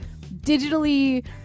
digitally